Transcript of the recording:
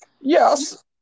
yes